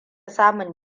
samun